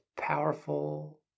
powerful